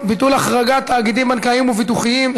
ביטול החרגת תאגידים בנקאיים וביטוחיים),